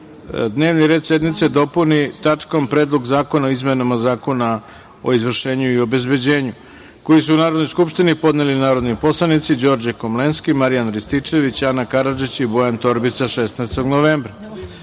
dnevni red sednice dopuni tačkom – Predlog zakona o izmenama Zakona o izvršenju i obezbeđenju, koji su Narodnoj skupštini podneli narodni poslanici Đorđe Komlenski, Marijan Rističević, Ana Karadžić i Bojan Torbica, 16. novembra. Da